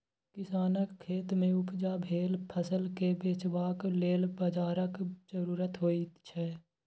किसानक खेतमे उपजा भेल फसलकेँ बेचबाक लेल बाजारक जरुरत होइत छै